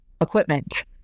equipment